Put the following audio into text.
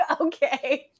Okay